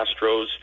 Astros